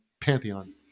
pantheon